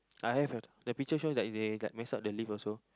I have a the picture shows that they like mix up the leaf also